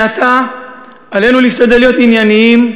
מעתה עלינו להשתדל להיות ענייניים,